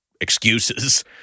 excuses